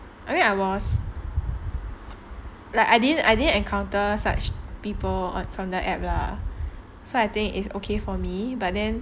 I mean I was like I didn't I didn't encounter such people from the app lah so I think is okay for me but then